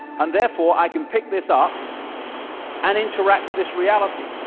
and therefore i can pick this up and interact with this reality.